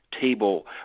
table